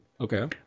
Okay